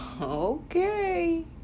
okay